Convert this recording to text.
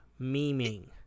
memeing